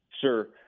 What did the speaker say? sure